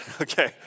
Okay